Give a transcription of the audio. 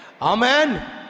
Amen